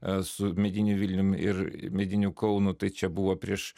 esu mediniu vilnium ir mediniu kaunu tai čia buvo prieš